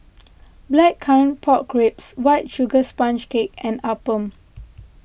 Blackcurrant Pork Ribs White Sugar Sponge Cake and Appam